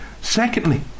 Secondly